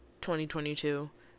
2022